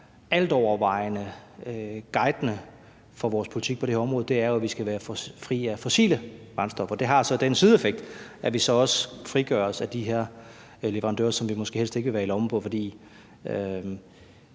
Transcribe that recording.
altovervejende guidende for vores politik på det her område, er, at vi skal være fri af fossile brændstoffer. Det har så den sideeffekt, at vi også frigør os af de her leverandører, som vi måske helst ikke vil være i lommen på. For